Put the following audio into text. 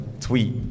tweet